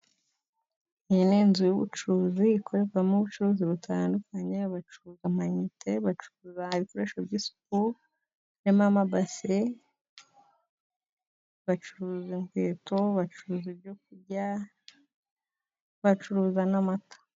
Iyi ni inzu y'ubucuruzi ikorerwamo ubucuruzi butandukanye. Bacuruza amayinite, bacurukura ibikoresho by'isuku harimo amabase, bacuruza inkweto, bacuruza ibyo kurya, bacuruza n'amata.